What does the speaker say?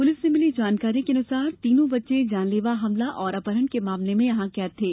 police से मिली जानकारी के अनुसार तीनो बच्चे जानलेवा हमला और अपहरण के मामले में यहां कैद थे